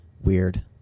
Weird